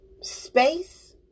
space